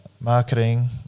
marketing